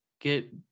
get